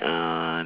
uh